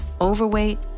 overweight